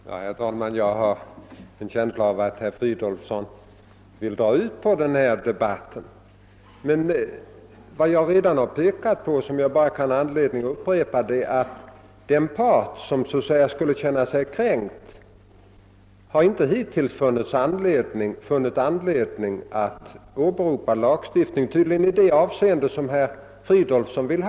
Herr talman! Jag har en känsla av att herr Fridolfsson vill dra ut på den här debatten. Vad jag redan har pekat på och bara kan upprepa är att den part som så att säga skulle känna sig kränkt har tydligen hittills inte funnit anledning att åberopa lagstiftningen i det avseende som herr Fridolfsson vill.